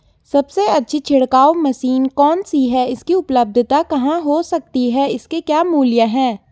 सबसे अच्छी छिड़काव मशीन कौन सी है इसकी उपलधता कहाँ हो सकती है इसके क्या मूल्य हैं?